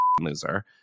loser